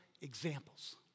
examples